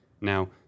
Now